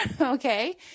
okay